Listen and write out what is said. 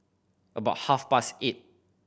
about half past eight